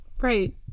Right